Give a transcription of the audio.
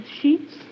sheets